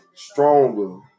Stronger